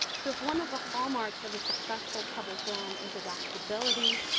so, if one of the hallmarks of a successful public realm is adaptability,